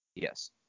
yes